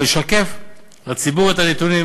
אלא לשקף לציבור את הנתונים.